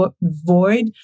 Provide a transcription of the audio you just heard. void